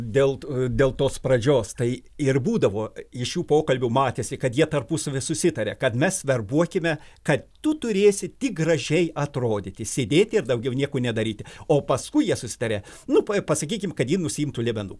dėl dėl tos pradžios tai ir būdavo iš šių pokalbių matėsi kad jie tarpusavyje susitaria kad mes verbuokime kad tu turėsi tik gražiai atrodyti sėdėti ir daugiau nieko nedaryti o paskui jie susitaria nu pai pasakykim kad ji nusiimtų liemenuką